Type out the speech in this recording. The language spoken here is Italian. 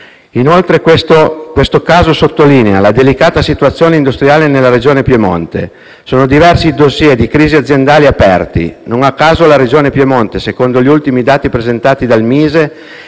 Questo caso sottolinea inoltre la delicata situazione industriale nella Regione Piemonte, dove sono diversi i *dossier* di crisi aziendale aperti. Non a caso il Piemonte, secondo gli ultimi dati presentati dal MISE,